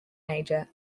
major